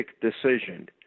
decision